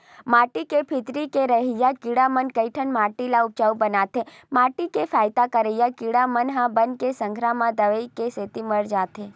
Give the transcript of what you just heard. माटी के भीतरी के रहइया कीरा म कइठन माटी ल उपजउ बनाथे माटी के फायदा करइया कीरा मन ह बन के संघरा म दवई के सेती मर जाथे